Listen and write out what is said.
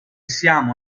siamo